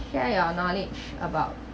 share your knowledge about